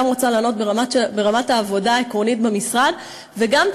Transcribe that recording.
רוצה לענות ברמת העבודה העקרונית במשרד וגם לגבי